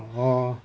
oh